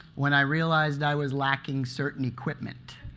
when i realized i was lacking certain equipment.